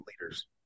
leaders